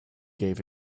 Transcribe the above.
gave